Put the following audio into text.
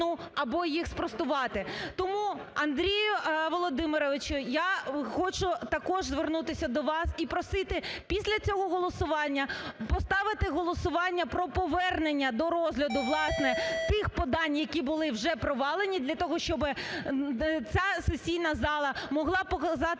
або їх спростувати. Тому, Андрію Володимировичу, я хочу також звернутися до вас і просити після цього голосування поставити голосування про повернення до розгляду, власне, тих подань, які були вже провалені, для того щоб ця сесійна зала могла показати